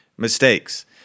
mistakes